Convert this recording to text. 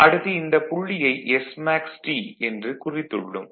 அடுத்து இந்தப் புள்ளியை SmaxT என்று குறித்துள்ளோம்